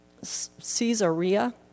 Caesarea